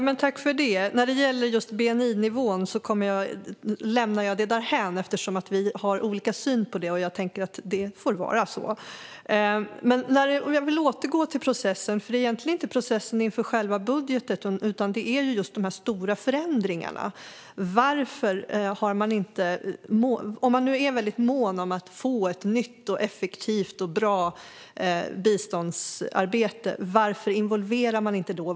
Herr talman! När det gäller just bni-nivån lämnar jag det därhän. Vi har olika syn på det, och jag tänker att det får vara så. Men jag vill återgå till processen, för det gäller egentligen inte processen inför själva budgeten utan dessa stora förändringar. Om man nu är väldigt mån om att få ett nytt och effektivt och bra biståndsarbete, varför involverar man inte då?